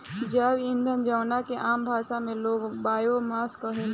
जैव ईंधन जवना के आम भाषा में लोग बायोमास कहेला